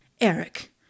Eric